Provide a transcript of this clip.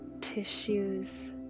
tissues